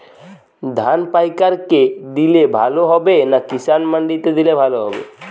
ধান পাইকার কে দিলে ভালো হবে না কিষান মন্ডিতে দিলে ভালো হবে?